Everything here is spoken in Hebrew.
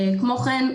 כמו כן,